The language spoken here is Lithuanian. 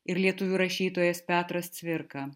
ir lietuvių rašytojas petras cvirka